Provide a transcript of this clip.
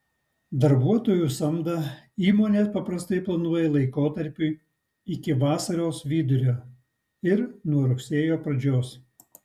darbuotojų samdą įmonės paprastai planuoja laikotarpiui iki vasaros vidurio ir nuo rugsėjo pradžios